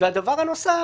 והדבר הנוסף,